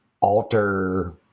alter